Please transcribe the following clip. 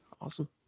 Awesome